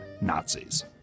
nazis